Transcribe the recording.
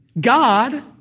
God